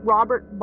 Robert